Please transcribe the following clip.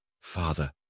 Father